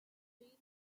jean